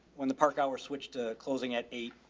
when the park our switched to closing at eight,